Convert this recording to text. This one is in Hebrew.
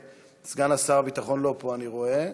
סגן שר הביטחון לא פה, אני רואה.